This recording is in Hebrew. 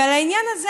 ועל העניין הזה,